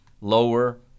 lower